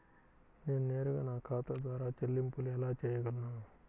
నేను నేరుగా నా ఖాతా ద్వారా చెల్లింపులు ఎలా చేయగలను?